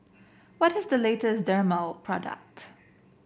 what is the latest Dermale product